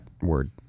word